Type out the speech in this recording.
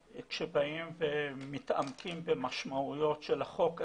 כאשר באים ומתעמקים במשמעויות של החוק הזה,